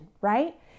right